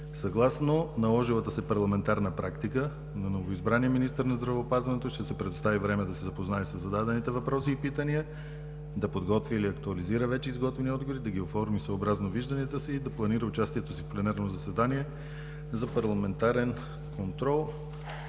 Съгласно наложилата се парламентарна практика на новоизбрания министър на здравеопазването ще се предостави време да се запознае със задавените въпроси и питания, да подготви или актуализира вече изготвени отговори, да ги оформи, съобразно вижданията си, и да планира участието си в пленарно заседание за парламентарен контрол